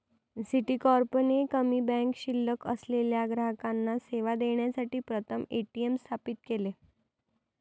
Citicorp ने कमी bank शिल्लक असलेल्या ग्राहकांना सेवा देण्यासाठी प्रथम ए.टी.एम स्थापित केले